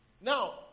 Now